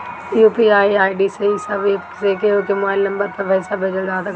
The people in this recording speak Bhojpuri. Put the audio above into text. यू.पी.आई आई.डी से इ सब एप्प से केहू के मोबाइल नम्बर पअ पईसा भेजल जा सकत हवे